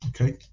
Okay